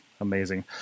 Amazing